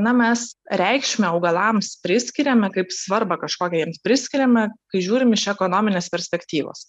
na mes reikšmę augalams priskiriame kaip svarbą kažkokią jiems priskiriame kai žiūrime iš ekonominės perspektyvos